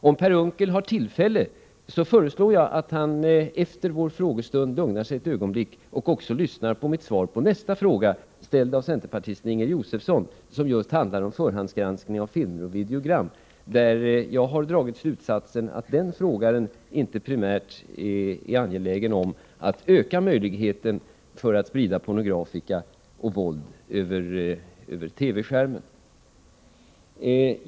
Om Per Unckel har tillfälle, föreslår jag att han efter vår frågestund lugnar sig ett ögonblick och också lyssnar på mitt svar på nästa fråga — ställd av centerpartisten Inger Josefsson — som just handlar om förhandsgranskning av filmer och videogram. Jag har dragit slutsatsen att den frågaren inte primärt är angelägen om att öka möjligheten att sprida pornografika och våld över TV-skärmen.